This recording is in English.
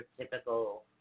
typical